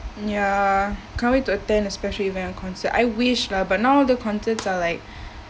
ya can't wait to attend especially went a concert I wish lah but now the concerts are like